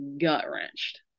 gut-wrenched